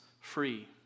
free